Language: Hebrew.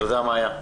תודה, מאיה.